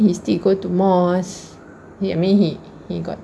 he still go to mosque he I mean he he got